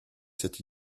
cette